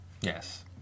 Yes